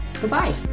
goodbye